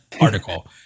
article